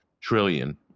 trillion